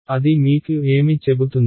అది మీకు ఏమి చెబుతుంది